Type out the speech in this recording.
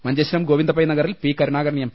Manjeshwaram Govindapai നഗറിൽ P Karunakaran M